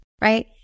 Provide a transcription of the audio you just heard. right